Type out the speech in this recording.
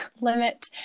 limit